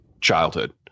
childhood